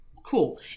Cool